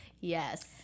Yes